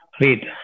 Read